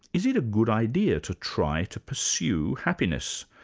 is it a good idea to try to pursue happiness?